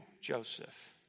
Joseph